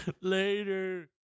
Later